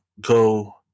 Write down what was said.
go